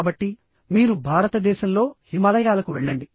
కాబట్టి మీరు భారతదేశంలో హిమాలయాలకు వెళ్లండి